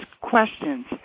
questions